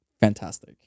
fantastic